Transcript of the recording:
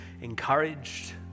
encouraged